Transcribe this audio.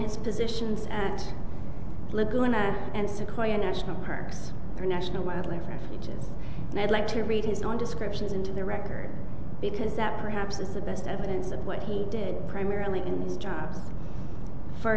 his positions and sequoia national parks or national wildlife refuges and i'd like to read his own descriptions into the record because that perhaps is the best evidence of what he did primarily